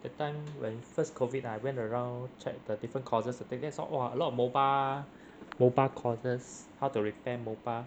that time when first COVID ah I went around check the different courses to take then I saw !wah! a lot of mobile mobile courses how to repair mobile